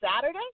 Saturday